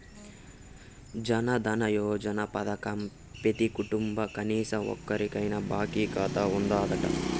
జనదన యోజన పదకంల పెతీ కుటుంబంల కనీసరం ఒక్కోరికైనా బాంకీ కాతా ఉండాదట